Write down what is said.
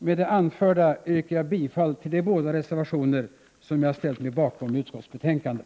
Med det anförda yrkar jag bifall till båda de reservationer som jag ställt mig bakom i utskottsbetänkandet.